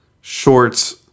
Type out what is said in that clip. Shorts